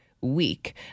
week